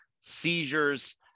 seizures